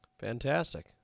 fantastic